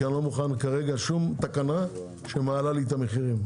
כי אני לא מוכן שום תקנה שמעלה את המחירים.